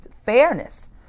fairness